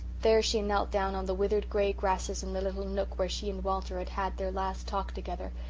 there she and knelt down on the withered grey grasses in the little nook where she and walter had had their last talk together,